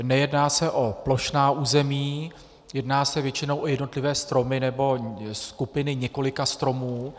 Nejedná se o plošná území, jedná se většinou o jednotlivé stromy nebo skupiny několika stromů.